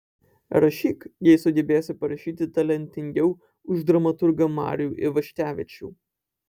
rašyk jei sugebėsi parašyti talentingiau už dramaturgą marių ivaškevičių